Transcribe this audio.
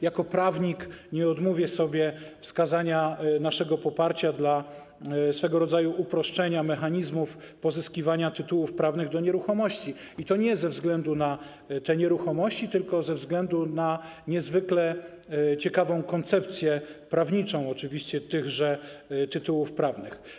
Jako prawnik nie odmówię sobie wskazania naszego poparcia dla swego rodzaju uproszczenia mechanizmów pozyskiwania tytułów prawnych do nieruchomości, i to nie ze względu na te nieruchomości, tylko ze względu na niezwykle ciekawą koncepcję prawniczą oczywiście tych tytułów prawnych.